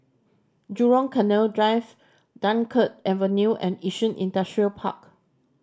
Jurong Canal Drive Dunkirk Avenue and Yishun Industrial Park